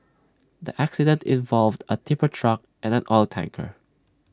the accident involved A tipper truck and an oil tanker